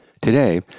Today